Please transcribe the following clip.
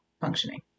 functioning